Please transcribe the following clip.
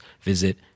visit